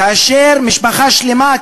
כאשר משפחה שלמה,